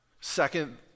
Second